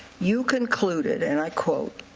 you concluded and i